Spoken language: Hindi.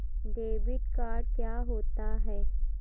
डेबिट कार्ड क्या होता है?